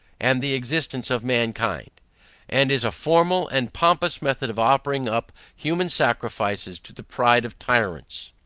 and the existence of mankind and is a formal and pompous method of offering up human sacrifices to the pride of tyrants.